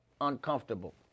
uncomfortable